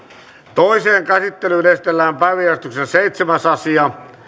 toiseen käsittelyyn esitellään päiväjärjestyksen seitsemäs asia